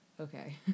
Okay